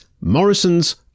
Morrison's